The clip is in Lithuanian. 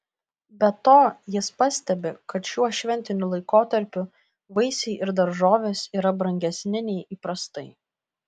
be to jis pastebi kad šiuo šventiniu laikotarpiu vaisiai ir daržovės yra brangesni nei įprastai